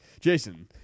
Jason